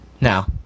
Now